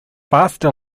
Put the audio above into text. faster